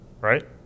Right